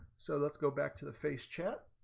so let's go back to the face chap